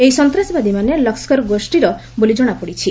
ଏହି ସନ୍ତାସବାଦୀମାନେ ଲସ୍କର ଗୋଷ୍ଠୀର ବୋଲି ଜଣାପଡିଛି